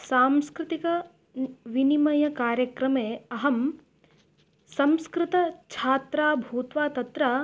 सांस्कृतिक विनिमयकार्यक्रमे अहं संस्कृतछात्रा भूत्वा तत्र